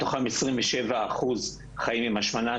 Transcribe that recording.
מתוכם 27 אחוז חיים עם השמנה,